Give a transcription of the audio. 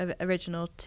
original